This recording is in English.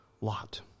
Lot